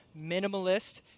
minimalist